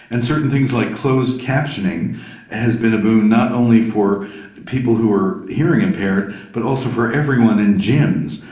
and certain things like closed captioning has been a boon not only for people who are hearing impaired but also for everyone in gyms.